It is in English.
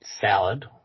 Salad